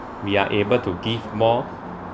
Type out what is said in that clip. we are able to give more